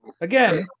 Again